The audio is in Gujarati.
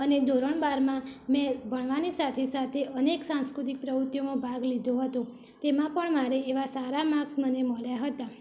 અને ધોરણ બારમાં મેં ભણવાની સાથે સાથે અનેક સાંસ્કૃતિક પ્રવૃત્તિઓમાં ભાગ લીધો હતો તેમાં પણ મારે એવા સારા માક્સ મને મળ્યા હતા